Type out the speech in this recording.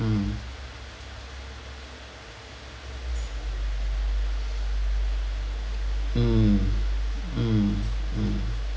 mm mm mm mm